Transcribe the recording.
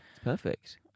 perfect